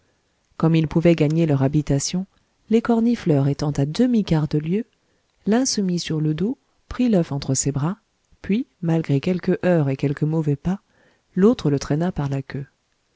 comme ils pouvaient gagner leur habitation l'écornifleur étant à demi-quart de lieue l'un se mit sur le dos prit l'œuf entre ses bras puis malgré quelques heurts et quelques mauvais pas l'autre le traîna par la queue